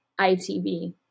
ITV